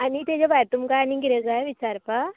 आनी तेच्या भायर तुमकां आनी किरें जाय विचारपाक